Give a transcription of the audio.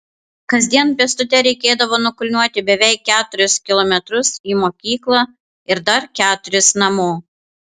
kasdien pėstute reikėdavo nukulniuoti beveik keturis kilometrus į mokyklą ir dar keturis namo